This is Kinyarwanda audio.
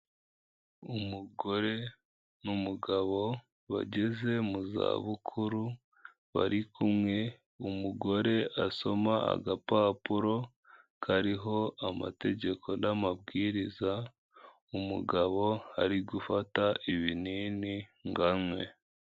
Umugore n'umugabo bageze mu za bukuru bari kumwe, umugore asoma agapapuro kariho amategeko n'amabwiriza, umugabo ari gufata ibinini ngo anywe.